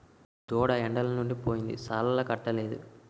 దూడ ఎండలుండి పోయింది సాలాలకట్టలేదు